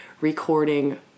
recording